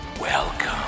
welcome